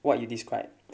what you describe